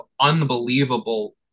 unbelievable